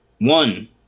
One